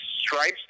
stripes